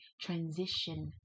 transition